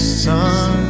sun